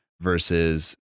versus